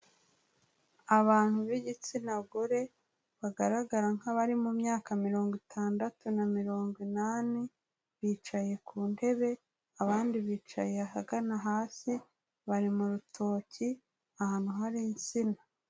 Abantu b'igitsina gore bagaragara nk'abari mu myaka mirongo itandatu na mirongo inani, bicaye ku ntebe abandi bicaye ahagana hasi, bari mu rutoki ahantu hari insina.